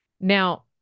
now